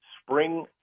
spring